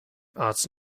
arts